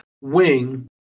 wing